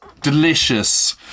delicious